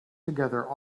together